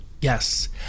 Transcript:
Yes